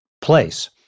place